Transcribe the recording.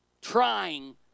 trying